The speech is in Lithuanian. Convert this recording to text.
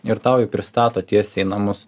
ir tau jį pristato tiesiai į namus